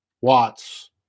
Watts